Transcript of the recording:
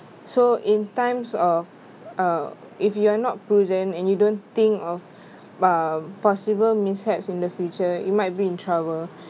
so in times of uh if you are not prudent and you don't think of um possible mishaps in the future you might be in trouble